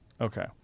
Okay